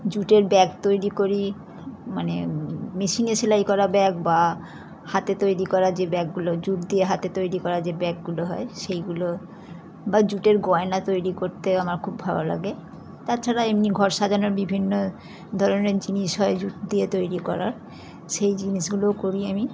জুটের ব্যাগ তৈরি করি মানে মেশিনে সেলাই করা ব্যাগ বা হাতে তৈরি করা যে ব্যাগগুলো হয় জুট দিয়ে হাতে তৈরি করা যে ব্যাগগুলো হয় সেইগুলো বা জুটের গয়না তৈরি করতেও আমার খুব ভালো লাগে তাছাড়া এমনি ঘর সাজানোর বিভিন্ন ধরনের জিনিস হয় জুট দিয়ে তৈরি করার সেই জিনিসগুলোও করি আমি